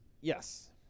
Yes